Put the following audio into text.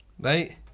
right